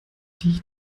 die